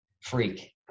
Freak